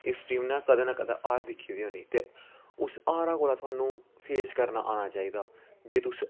इस टीम ने कदें ना कदें हार दिक्खी दी होनी ते उस हारा कोला थुआनूं फेस करना आना चाहिदा जे तुस